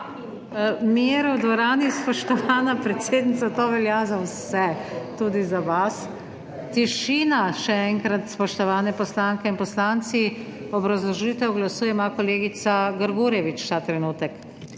Mir v dvorani! Spoštovana predsednica, to velja za vse, tudi za vas. Tišina, še enkrat, spoštovane poslanke in poslanci. Obrazložitev glasu ima kolegica Grgurevič ta trenutek.